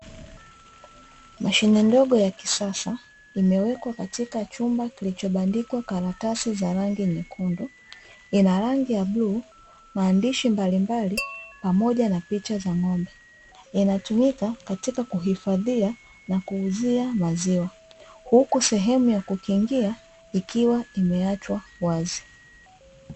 Mashine ndogo ya kisasa imewekwa katika chumba kilichobandikwa karatasi za rangi nyekundu ina rangi ya bluu, maandishi mbalimbali pamoja na picha za ng'ombe inatumika katika kuhifadhia na kuuzia maziwa huku sehemu ya kukingia ikiwa imeachwa wazi.